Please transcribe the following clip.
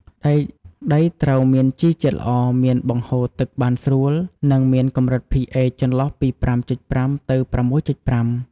ដីត្រូវតែមានជីជាតិល្អ មានបង្ហូរទឹកបានស្រួល និងមានកម្រិត pH ចន្លោះពី 5.5 ទៅ 6.5។